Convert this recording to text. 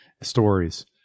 stories